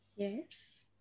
Yes